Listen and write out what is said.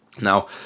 now